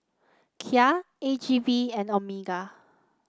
Kia A G V and Omega